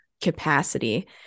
capacity